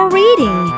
reading